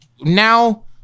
Now